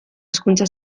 hezkuntza